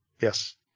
Yes